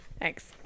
Thanks